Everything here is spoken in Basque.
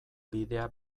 bidea